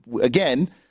again